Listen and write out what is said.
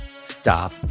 stop